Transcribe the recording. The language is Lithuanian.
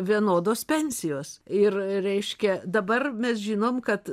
vienodos pensijos ir reiškia dabar mes žinom kad